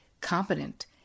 competent